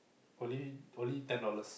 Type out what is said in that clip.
only only ten dollars